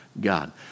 God